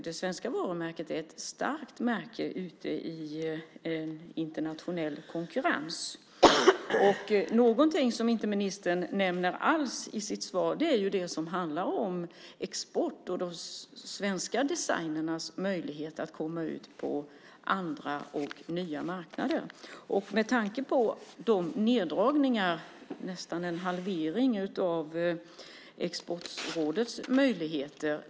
Det svenska varumärket är ett starkt märke i internationell konkurrens. Någonting som ministern inte alls nämner i sitt svar är det som handlar om export och svenska designers möjlighet att komma ut på andra och nya marknader. Jag tänker på neddragningarna. Det är nästan en halvering av Exportrådets möjligheter.